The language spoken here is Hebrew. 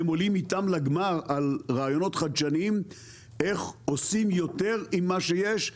הם עולים איתם לגמר על רעיונות חדשניים איך עושים יותר עם מה שיש,